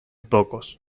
pocos